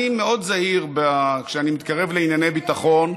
אני מאוד זהיר כשאני מתקרב לענייני ביטחון,